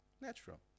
natural